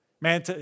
Man